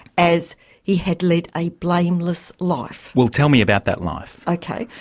as he had led a blameless life. well, tell me about that life. okay.